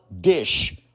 dish